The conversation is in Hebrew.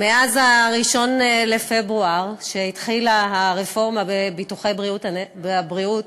מאז 1 בפברואר, כשהתחילה הרפורמה בביטוחי הבריאות,